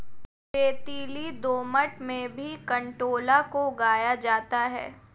रेतीली दोमट में भी कंटोला को उगाया जाता है